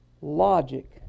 logic